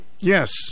Yes